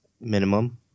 minimum